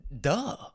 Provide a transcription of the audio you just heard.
duh